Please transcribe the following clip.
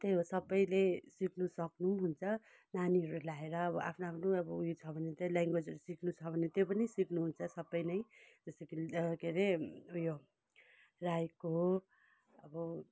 त्यही हो सबैले सिक्नु सक्नु हुन्छ नानीहरू लगाएर अब आफ्नो आफ्नो अब उयो छ भने त्यो लेङ्वेजहरू सिक्नु छ भने त्यो पनि सिक्नु हुन्छ सबै नै जस्तो कि के अरे उयो राईको अब